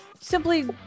simply